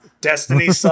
Destiny